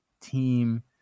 team